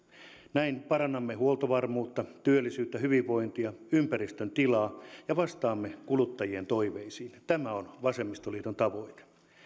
näin parannamme huoltovarmuutta työllisyyttä hyvinvointia ympäristön tilaa ja vastaamme kuluttajien toiveisiin tämä on vasemmistoliiton tavoite